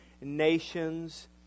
nations